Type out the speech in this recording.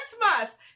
Christmas